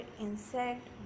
insect